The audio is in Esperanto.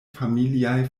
familiaj